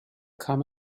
kam